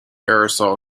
aerosol